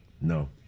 no